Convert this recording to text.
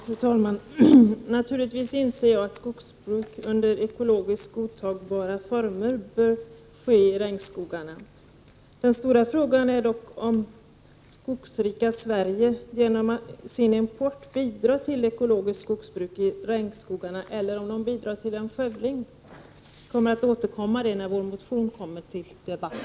Fru talman! Naturligtvis inser jag att skogsbruk under ekologiskt godtagbara former bör ske i regnskogarna. Den stora frågan är dock om skogsrika Sverige genom sin import bidrar till ekologiskt skogsbruk i regnskogarna eller om vi bidrar till skövling. Jag återkommer till detta när vår motion kommer upp till debatt.